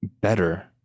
better